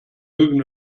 mögen